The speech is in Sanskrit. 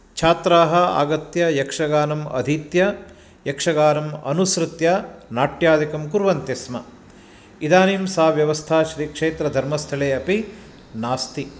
छात्राः आगत्य यक्षगानम् अधीत्य यक्षगानम् अनुसृत्य नाट्यादिकं कुर्वन्ति स्म इदानीं सा व्यवस्था श्रीक्षेत्रधर्मस्थले अपि नास्ति